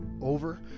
over